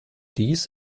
dies